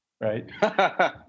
right